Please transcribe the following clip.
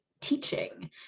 teaching